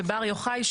בבר יוחאי,